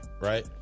right